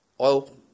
oil